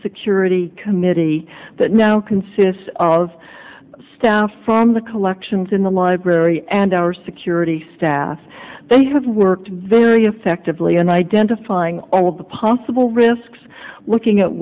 security committee that now consists of staff from the collections in the library and our security they have worked very effectively in identifying all of the possible risks looking at